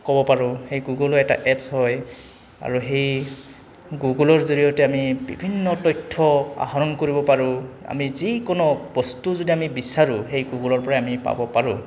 ক'ব পাৰোঁ সেই গুগলো এটা এপছ হয় আৰু সেই গুগলৰ জৰিয়তে আমি বিভিন্ন তথ্য আহৰণ কৰিব পাৰোঁ আমি যিকোনো বস্তু যদি আমি বিচাৰোঁ সেই গুগলৰ পৰা আমি পাব পাৰোঁ